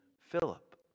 Philip